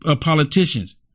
politicians